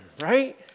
right